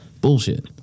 Bullshit